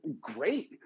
Great